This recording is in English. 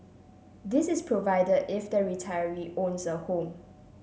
this is provided if the retiree owns a home